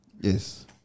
Yes